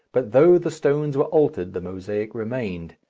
but though the stones were altered the mosaic remained,